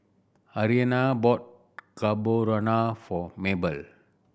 Arianna bought Carbonara for Mabel